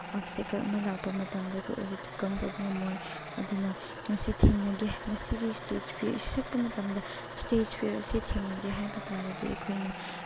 obstacle ꯂꯥꯛꯄ ꯃꯇꯝꯗ ꯑꯩꯈꯣꯏ ꯑꯣꯚꯔꯀꯝ ꯇꯧꯕ ꯉꯝꯃꯣꯏ ꯑꯗꯨꯅ ꯉꯁꯤ ꯈꯦꯡꯅꯒꯦ ꯃꯁꯤꯒꯤꯁꯤ ꯏꯁꯇꯦꯖ ꯐꯤꯌꯔ ꯏꯁꯩ ꯁꯛꯄ ꯃꯇꯝꯗ ꯏꯁꯇꯦꯖ ꯐꯤꯌꯔ ꯑꯁꯤ ꯊꯦꯡꯅꯒꯦ ꯍꯥꯏꯕ ꯇꯥꯔꯗꯤ ꯑꯩꯈꯣꯏꯅ